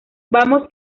vamos